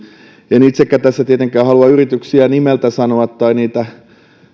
en itsekään tässä tietenkään halua yrityksiä nimeltä sanoa tai niitä